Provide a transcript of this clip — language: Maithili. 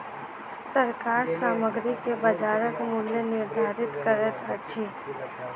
सरकार सामग्री के बजारक मूल्य निर्धारित करैत अछि